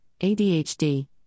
ADHD